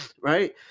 Right